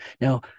Now